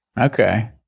Okay